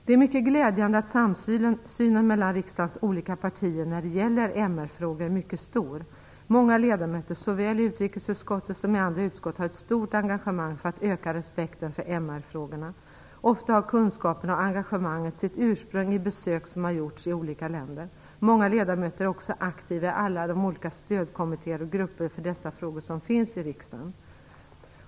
Det är mycket glädjande att samsynen mellan riksdagens olika partier när det gäller MR-frågor är mycket stor. Många ledamöter såväl i utrikesutskottet som i andra utskott har ett stort engagemang för att öka respekten för MR-frågorna. Ofta har kunskaperna och engagemanget sitt ursprung i besök som har gjorts i olika länder. Många ledamöter är också aktiva i alla de olika stödkommittéer och grupper för dessa frågor som finns i riksdagen.